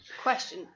Question